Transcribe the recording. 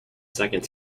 second